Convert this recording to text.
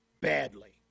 badly